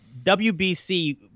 WBC